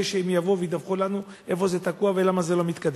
שהם יבואו וידווחו לנו איפה זה תקוע ולמה זה לא מתקדם.